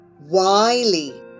Wiley